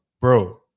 Bro